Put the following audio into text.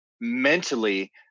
mentally